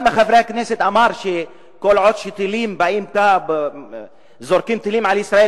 אחד מחברי הכנסת אמר שכל עוד זורקים טילים על ישראל,